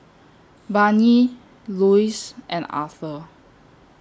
Barnie Luz and Arthur